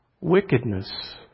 wickedness